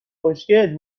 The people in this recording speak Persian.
خوشگل